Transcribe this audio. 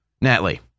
Natalie